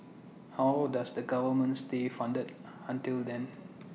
how does the government stay funded until then